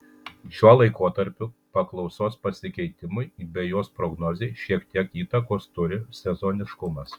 šiuo laikotarpiu paklausos pasikeitimui bei jos prognozei šiek tiek įtakos turi sezoniškumas